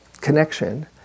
connection